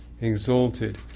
exalted